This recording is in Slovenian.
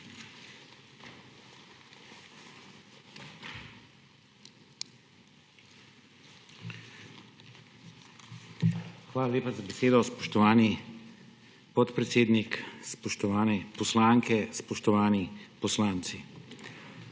hvala lepa za besedo, spoštovani podpredsednik. Spoštovane poslanke, spoštovani poslanci!